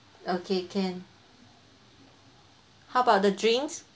okay can how about the drinks